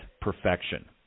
perfection